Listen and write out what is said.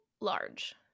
large